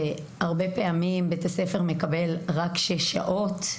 והרבה פעמים בית הספר מקבל רק שש שעות,